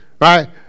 right